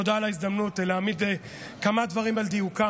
תודה על ההזדמנות להעמיד כמה דברים על דיוקם.